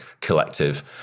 collective